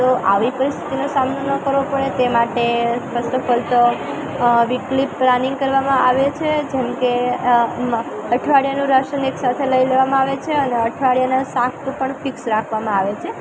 તો આવી પરિસ્થિતિનો સામનો ન કરવો પડે તે માટે ફર્સ્ટ ઓફ ઓલ તો વિકલી પ્લાનિંગ કરવામાં આવે છે જેમકે મ અઠવાડિયાનો રાશન એક સાથે લઈ લેવામાં આવે છે અને અઠવાડિયાના શાક પણ ફિક્સ રાખવામાં આવે છે